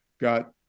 got